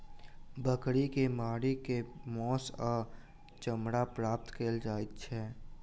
बकरी के मारि क मौस आ चमड़ा प्राप्त कयल जाइत छै